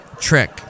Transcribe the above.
Trick